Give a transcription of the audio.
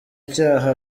icyaha